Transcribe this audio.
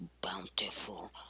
bountiful